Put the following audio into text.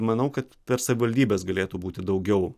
manau kad per savivaldybes galėtų būti daugiau